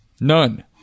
none